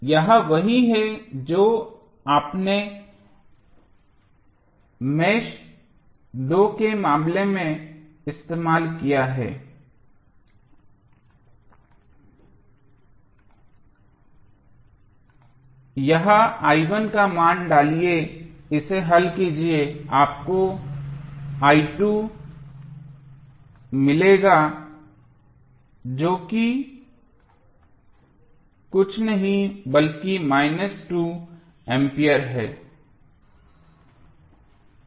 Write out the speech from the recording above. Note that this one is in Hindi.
यह वही है जो आपने मेष दो के मामले में इस्तेमाल किया है यहाँ का मान डालिए इसे हल कीजिए आपको मिलेगा कुछ नहीं बल्कि 2 एम्पीयर है